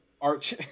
Arch